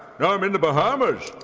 now i'm in the bahamas.